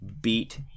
beat